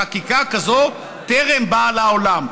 חקיקה כזאת טרם באה לעולם.